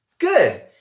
good